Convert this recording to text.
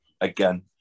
Again